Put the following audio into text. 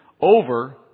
over